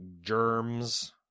germs